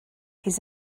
his